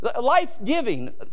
life-giving